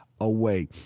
away